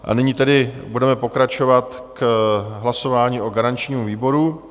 A nyní tedy budeme pokračovat k hlasování o garančním výboru.